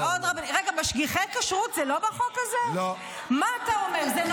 השכר ללוחמים בקבע, פשוט, מה אני אגיד לכם?